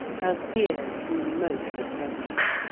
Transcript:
her fears grew most oppressive.